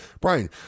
brian